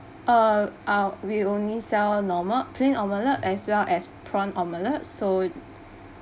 uh ah we only sell normal plain omelette as well as prawn omelette so